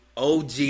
OG